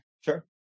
Sure